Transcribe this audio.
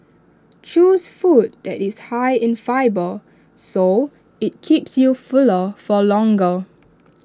choose food that is high in fibre so IT keeps you fuller for longer